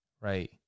right